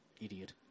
idiot